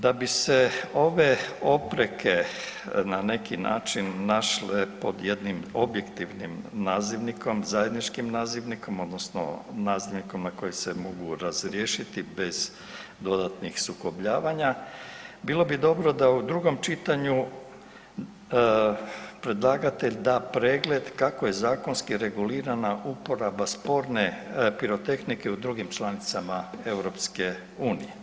Da bi se ove opreke na neki način našle pod jednim objektivnim nazivnikom, zajedničkim nazivnikom odnosno nazivnikom na koji se mogu razriješiti bez dodatnih sukobljavanja bilo bi dobro da u drugom čitanju predlagatelj da pregled kako je zakonski regulirana uporaba sporne pirotehnike u drugim članicama EU.